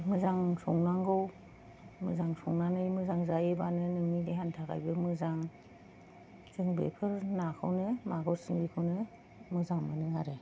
मोजां संनांगौ मोजां संनानै मोजां जायोबानो नोंनि देहानि थाखायबो मोजां जों बेफोर नाखौनो मागुर सिंगिखौनो मोजां मोनो आरो